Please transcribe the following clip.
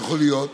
יכול להיות,